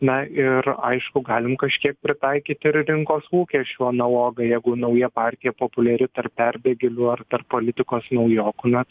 na ir aišku galim kažkiek pritaikyti ir rinkos lūkesčių analogai jeigu nauja partija populiari tarp perbėgėlių ar tarp politikos naujokų net